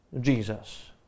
Jesus